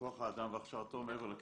מעבר לכיתות.